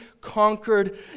conquered